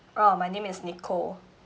oh my name is nicole